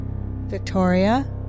Victoria